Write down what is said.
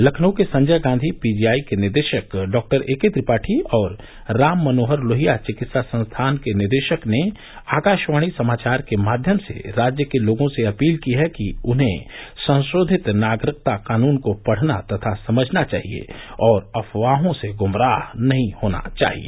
लखनऊ के संजय गांधी पीजीआई के निदेशक डॉएके त्रिपाठी और राम मनोहर लोहिया विकित्सा संस्थान के निदेशक ने आकाशवाणी समाचार के माध्यम से राज्य के लोगों से अपील की है कि उन्हें संशोधित नागरिकता कानून को पढ़ना तथा समझना चाहिए और अफवाहों से ग्मराह नहीं होना चाहिए